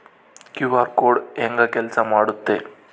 QR code ಹೆಂಗ ಕೆಲಸ ಮಾಡುತ್ತೆ?